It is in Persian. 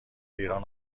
ایران